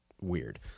weird